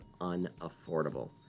unaffordable